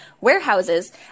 warehouses